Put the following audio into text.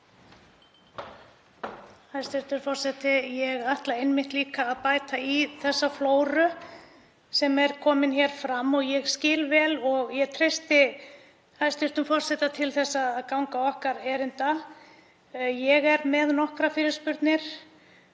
Hæstv. forseti. Ég ætla einmitt líka að bæta í þá flóru sem er komin hér fram og ég skil vel og treysti hæstv. forseta til að ganga okkar erinda. Ég er með nokkrar fyrirspurnir.